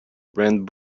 brand